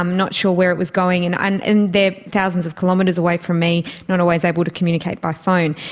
um not sure where it was going. and and and they are thousands of kilometres away from me, not always able to communicate by phone.